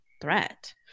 threat